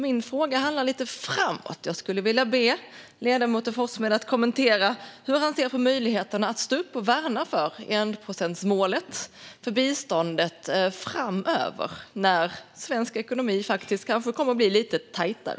Min fråga handlar om det som sker framåt. Jag skulle vilja be ledamoten Forssmed att kommentera hur han ser på möjligheterna att stå upp för och värna enprocentsmålet för biståndet framöver när svensk ekonomi kanske kommer att bli lite tajtare.